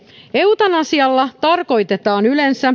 eutanasialla tarkoitetaan yleensä